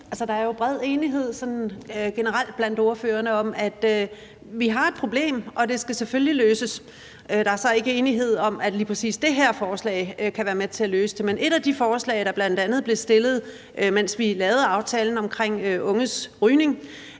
der er jo bred enighed blandt ordførerne om, at vi har et problem, og at det selvfølgelig skal løses. Der er så ikke enighed om, at lige præcis det her forslag kan være med til at løse det. Men et af de spørgsmål, der bl.a. blev stillet, mens vi lavede aftalen omkring unges rygning,